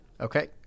Okay